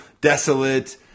desolate